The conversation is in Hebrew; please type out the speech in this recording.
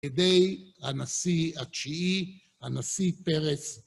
כדי הנשיא התשיעי, הנשיא פרס.